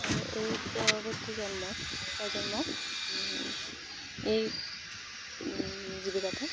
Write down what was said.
আৰু এই পৰৱৰ্তী জন্ম প্ৰজন্ম এই জীৱিকাটো